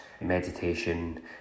meditation